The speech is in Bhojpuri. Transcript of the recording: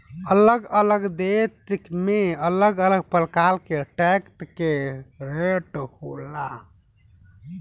अलग अलग देश में अलग अलग प्रकार के टैक्स के रेट होला